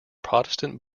protestant